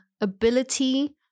ability